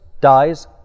dies